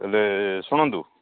ହେଲେ ଶୁଣନ୍ତୁ